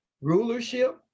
rulership